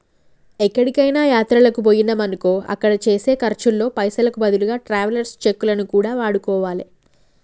ఎక్కడికైనా యాత్రలకు బొయ్యినమనుకో అక్కడ చేసే ఖర్చుల్లో పైసలకు బదులుగా ట్రావెలర్స్ చెక్కులను కూడా వాడుకోవాలే